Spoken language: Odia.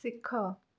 ଶିଖ